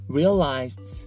realized